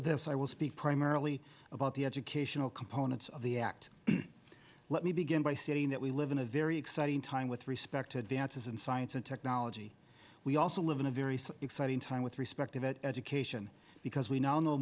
of this i will speak primarily about the educational components of the act let me begin by saying that we live in a very exciting time with respect to advance in science and technology we also live in a very exciting time with respect to that education because we now